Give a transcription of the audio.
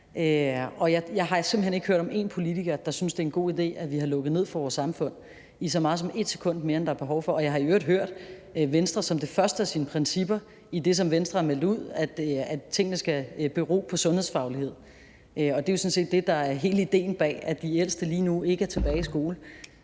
hen ikke hørt om én politiker, der synes, det er en god idé, at vi har lukket ned for vores samfund i så meget som et sekund mere, end der er behov for. Jeg har i øvrigt hørt, at det første af de principper, som Venstre har meldt ud, er, at tingene skal bero på sundhedsfaglighed, og det er jo sådan set det, der er hele idéen bag, at de ældste lige nu ikke er tilbage i skole.